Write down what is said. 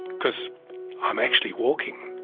cause i'm actually walking,